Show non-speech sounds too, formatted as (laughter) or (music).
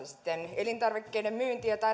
(unintelligible) sitten elintarvikkeiden myyntiä tai